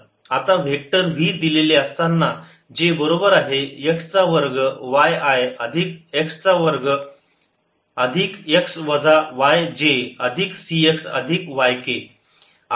आता vector v दिलेले असताना जे बरोबर आहे x चा वर्ग y i अधिक x वजा y j अधिक c x अधिक y k